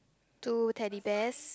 two Teddy Bears